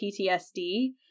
PTSD